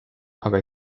aga